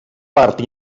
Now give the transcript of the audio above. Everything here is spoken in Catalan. part